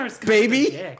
baby